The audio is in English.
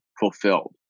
fulfilled